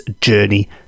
journey